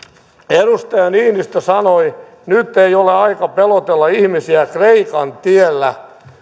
edustaja niinistö sanoi nyt ei ole aika pelotella ihmisiä kreikan tiellä